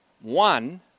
One